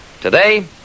Today